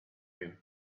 him